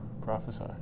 Prophesy